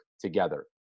together